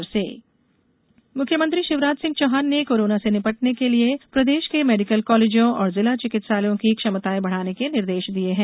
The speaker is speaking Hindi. कोरोना समीक्षा मुख्यमंत्री शिवराज सिंह चौहान ने कोरोना से निपटने के लिये प्रदेश के मेडीकल कॉलेजों और जिला चिकित्सालयों की क्षमताएं बढ़ाने के निर्देश दिये हैं